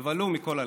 תבלו, מכל הלב.